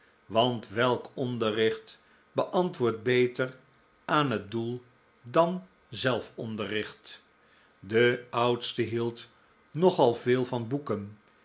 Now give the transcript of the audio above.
want welk onderricht beantwoordt beter aan het doel dan zelf onderricht de oudste hield nogal veel van boeken